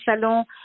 salon